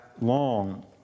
long